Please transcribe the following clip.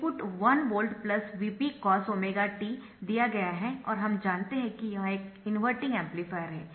input 1V Vp cos⍵t दिया गया है और हम जानते है कि यह एक इनवर्टिंग एम्पलीफायर है